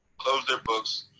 close their books,